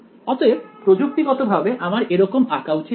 অতএব প্রযুক্তিগতভাবে আমার এরকম আঁকা উচিত না